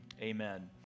amen